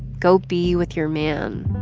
go be with your man.